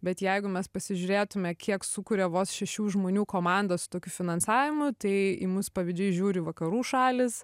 bet jeigu mes pasižiūrėtume kiek sukuria vos šešių žmonių komanda su tokiu finansavimu tai į mus pavydžiai žiūri vakarų šalys